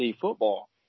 football